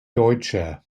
deutscher